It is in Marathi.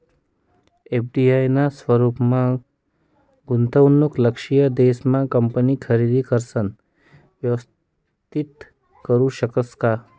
एफ.डी.आय ना स्वरूपमा गुंतवणूक लक्षयित देश मा कंपनी खरेदी करिसन व्यवस्थित करू शकतस